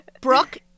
Brooke